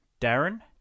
Darren